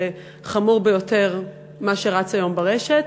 וחמור ביותר מה שרץ היום ברשת.